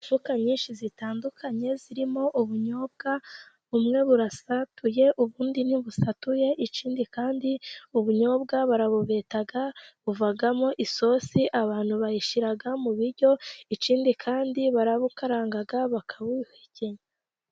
Imifuka nyinshi itandukanye irimo ubunyobwa. Bumwe burasatuye ubundi ntibusatuye, ikindi kandi ubunyobwa barabubeta buvamo isosi abantu bayishyira mu biryo, ikindi kandi barabukaranga bakabuhekenya.